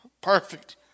perfect